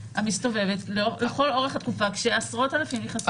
המסתובבת לכל אורך התקופה כשעשרות אלפים נכנסים.